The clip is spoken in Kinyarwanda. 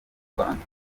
rwanda